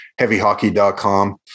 heavyhockey.com